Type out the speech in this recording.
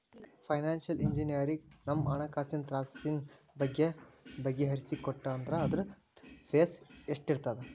Financial ಇಂಜಿನಿಯರಗ ನಮ್ಹಣ್ಕಾಸಿನ್ ತ್ರಾಸಿನ್ ಬಗ್ಗೆ ಬಗಿಹರಿಸಿಕೊಟ್ಟಾ ಅಂದ್ರ ಅದ್ರ್ದ್ ಫೇಸ್ ಎಷ್ಟಿರ್ತದ?